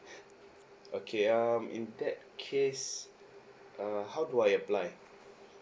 okay um in that case uh how do I apply